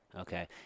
Okay